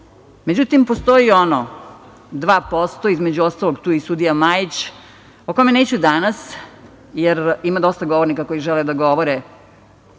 Međutim, postoji 2%, između ostalog tu je i sudija Majić, o kome neću danas, jer ima dosta govornika koji žele da govore